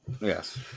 yes